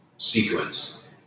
sequence